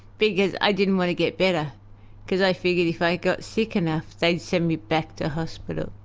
because i didn't want to get better because i figured if i got sick enough they'd send me back to hospital.